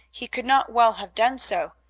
he could not well have done so,